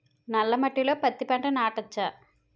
నల్ల మట్టిలో పత్తి పంట నాటచ్చా?